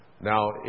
Now